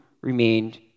remained